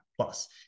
plus